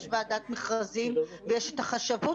יש ועדת מכרזים ויש את החשבות,